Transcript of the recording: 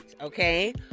okay